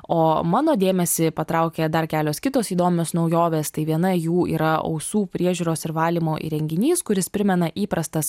o mano dėmesį patraukė dar kelios kitos įdomios naujovės tai viena jų yra ausų priežiūros ir valymo įrenginys kuris primena įprastas